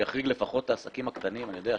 שיחריג לפחות את העסקים הקטנים אני יודע,